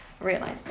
Realized